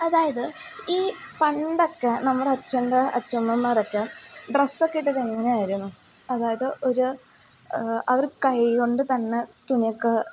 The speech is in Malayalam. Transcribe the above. അതായത് ഈ പണ്ടൊക്കെ നമ്മുടെ അച്ഛൻ്റെ അച്ഛമ്മമ്മാരൊക്കെ ഡ്രസ്സൊക്കെ ഇട്ടതെങ്ങനെയായിരുന്നു അതായത് ഒരു അവർ കൈ കൊണ്ടു തന്നെ തുണിയൊക്കെ